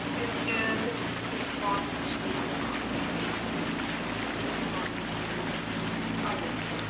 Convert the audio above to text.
and then it's bonded to an oxygen which is bonded to a hydrogen.